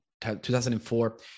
2004